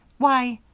why!